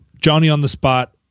Johnny-on-the-spot